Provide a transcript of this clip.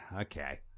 Okay